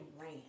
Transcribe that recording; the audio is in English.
ran